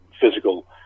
physical